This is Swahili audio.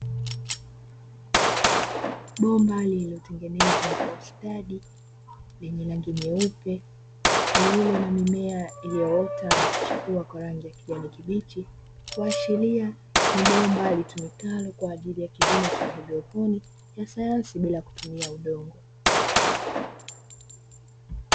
Bomba lililotengenezwa kwa ustadi lenye rangi nyeupe lililo na mimea iliyoota na kuchipua kwa rangi ya kijani kibichi, kuashiria ni bomba litumikalo kwa ajili ya kilimo cha haidroponi ya sayansi bila kutumia udongo.